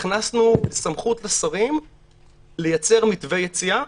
הכנסנו סמכות לשרים לייצר מתווה יציאה.